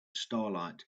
starlight